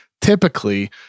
typically